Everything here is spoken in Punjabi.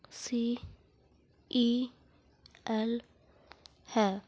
ਸੀ ਈ ਐਲ ਹੈ